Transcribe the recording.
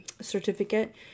certificate